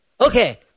Okay